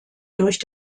durch